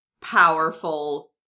powerful